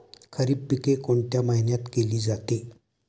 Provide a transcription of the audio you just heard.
खरीप पिके कोणत्या महिन्यात केली जाते?